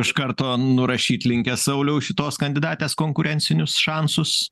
iš karto nurašyt linkęs sauliau šitos kandidatės konkurencinius šansus